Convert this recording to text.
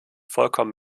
vollkommen